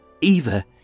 Eva